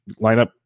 lineup